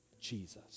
Jesus